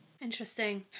Interesting